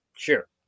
Sure